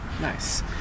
nice